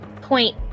point